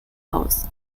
aus